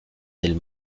del